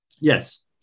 Yes